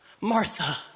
Martha